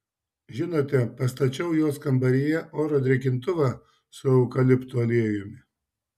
žinote pastačiau jos kambaryje oro drėkintuvą su eukaliptų aliejumi